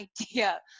idea